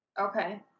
okay